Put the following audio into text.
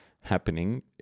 happening